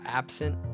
absent